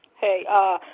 Hey